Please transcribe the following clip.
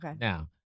Now